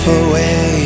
away